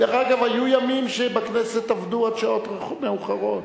אגב, היו ימים שבכנסת עבדו עד שעות מאוחרות.